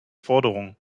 forderung